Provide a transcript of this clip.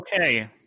okay